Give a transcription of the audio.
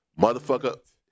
Motherfucker